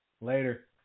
Later